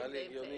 נראה לי הגיוני.